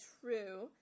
true